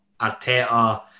Arteta